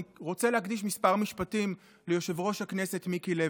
אני רוצה להקדיש כמה משפטים ליושב-ראש הכנסת מיקי לוי.